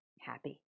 happy